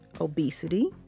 obesity